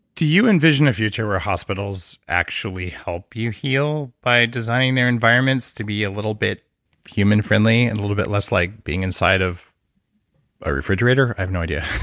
do you envision a future where hospitals actually help you heal by designing their environments to be a little bit human friendly and a little bit less like being inside of a refrigerator? i have no idea